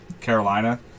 Carolina